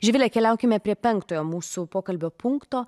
živile keliaukime prie penktojo mūsų pokalbio punkto